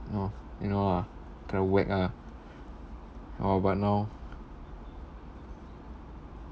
oh you know ah kena whack ah orh but now